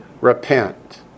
Repent